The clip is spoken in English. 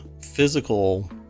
physical